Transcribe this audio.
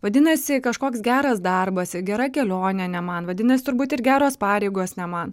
vadinasi kažkoks geras darbas gera kelionė ne man vadinas turbūt ir geros pareigos ne man